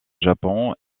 japon